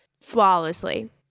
flawlessly